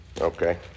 Okay